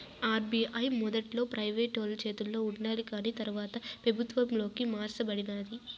RBI మొదట్ల ప్రైవేటోలు చేతల ఉండాకాని తర్వాత పెబుత్వంలోకి మార్స బడినాది